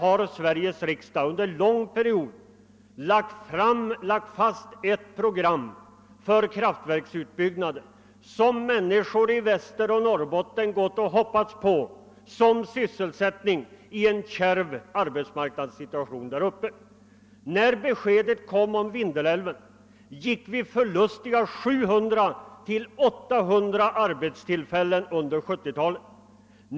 Sveriges riksdag har för lång tid lagt fast ett program för kraftverksutbyggnader som människor i Västerbotten och Norrbotten gått och hoppats att få sysselsättning vid i en kärv arbetsmarknadssituation där uppe. När beskedet kom om att Vindelälven inte skulle byggas ut, gick vi miste om 700—800 = arbetstillfällen under 1970-talet.